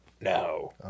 No